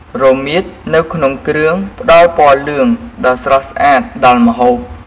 រមៀតនៅក្នុងគ្រឿងផ្ដល់ពណ៌លឿងដ៏ស្រស់ស្អាតដល់ម្ហូប។